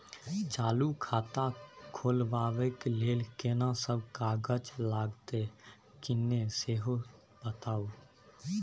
चालू खाता खोलवैबे के लेल केना सब कागज लगतै किन्ने सेहो बताऊ?